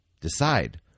Decide